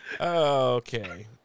Okay